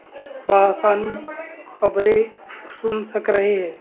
بہ آسانی خبریں سن سک رہے ہے